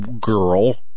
girl